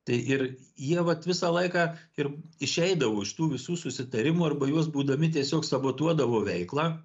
tai ir jie vat visą laiką ir išeidavo iš tų visų susitarimų arba juos būdami tiesiog sabotuodavo veiklą